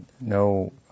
no